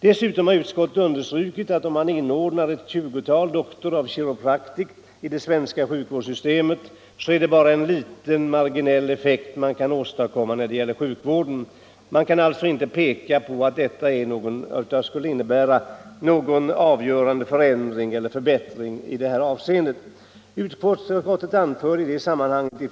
Dessutom har utskottet understrukit att om man inordnar ett 20-tal Doctors of Chiropractic i det svenska sjukvårdssystemet så är det bara en liten marginell effekt man åstadkommer då det gäller sjukvården. Det går alltså inte att hävda att detta skulle innebära någon avgörande förändring eller förbättring i detta avseende. Herr talman!